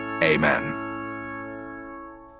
Amen